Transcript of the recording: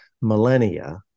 millennia